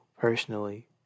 personally